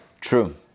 True